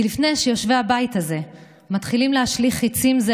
כי לפני שיושבי הבית הזה מתחילים להשליך חיצים זה